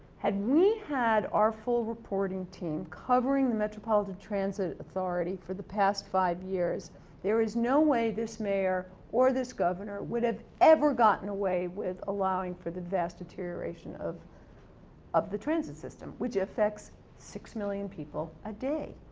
had we had our full reporting team covering the metropolitan transit authority for the past five years there is no way this mayor or this governor would have ever gotten away with allowing for the vast deterioration of of the transit system, which effects six million people a day.